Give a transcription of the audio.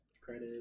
Credit